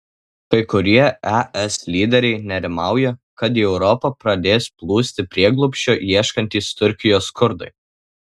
kai kurie es lyderiai nerimauja kad į europą pradės plūsti prieglobsčio ieškantys turkijos kurdai